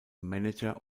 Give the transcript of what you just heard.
manager